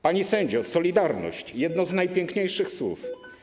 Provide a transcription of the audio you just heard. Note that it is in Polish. Pani sędzio, solidarność - jedno z najpiękniejszych słów.